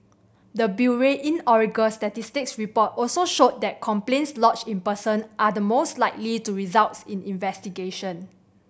the bureau's inaugural statistics report also showed that complaints lodged in person are the most likely to result in investigation